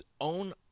own